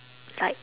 like